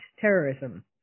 terrorism